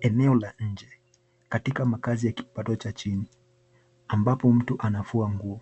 Eneo la nje, katika makazi ya kipato cha chini, ambapo mtu anafua nguo,